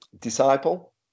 Disciple